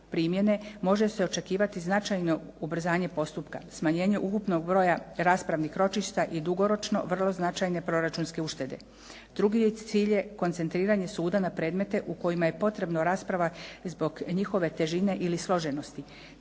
primjene može se očekivati značajno ubrzanje postupka, smanjenje ukupnog broja raspravnih ročišta i dugoročno vrlo značajne proračunske uštede. Drugi cilj je koncentriranje suda na predmete u kojima je potrebno rasprava zbog njihove težine ili složenosti.